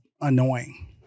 annoying